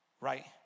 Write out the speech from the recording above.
right